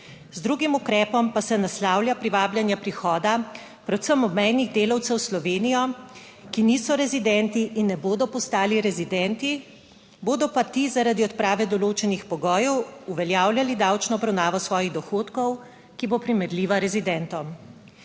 z drugim ukrepom pa se naslavlja privabljanje prihoda predvsem obmejnih delavcev v Slovenijo, ki niso rezidenti in ne bodo postali rezidenti, bodo pa ti zaradi odprave določenih pogojev uveljavljali davčno obravnavo svojih dohodkov, ki bo primerljiva rezidentom.